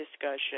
discussion